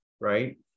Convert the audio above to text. right